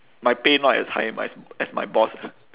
my pay not as high my as my boss